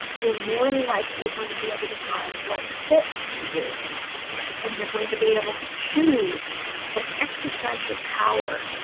you're more and likely going to be able to find what fits for you and you're going to be able to choose and exercise your power.